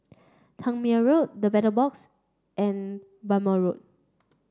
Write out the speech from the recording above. Tangmere Road The Battle Box and Bhamo Road